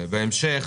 בהמשך,